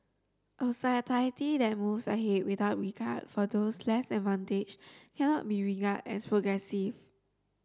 a society that moves ahead without regard for those less advantaged cannot be regarded as progressive